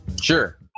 Sure